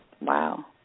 Wow